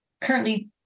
currently-